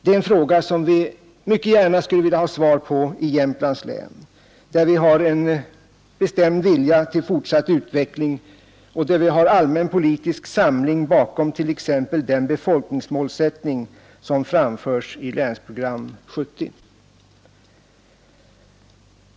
Det är en fråga som vi mycket gärna skulle vilja ha svar på i Jämtlands län, där vi har en bestämd vilja till fortsatt utveckling och där vi har allmän politisk samling bakom t.ex. den befolkningsmålsättning som framförs i Länsprogram 70.